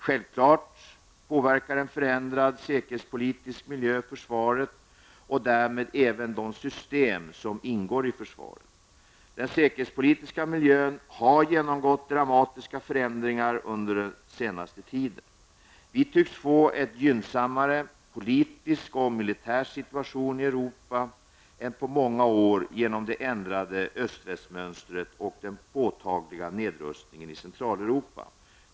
Självfallet påverkar en förändrad säkerhetspolitisk miljö försvaret och därmed även de system som ingår i försvaret. Den säkerhetspolitiska miljön har genomgått dramatiska förändringar den senaste tiden. Vi tycks få en gynnsammare politisk och militär situation i Europa än på många år genom det ändrade öst-- väst-mönstret och den påtagliga nedrustingen i Centraleuropa.